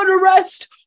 arrest